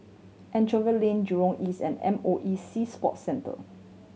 Anchorvale Lane Jurong East and M O E Sea Sports Centre